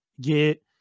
get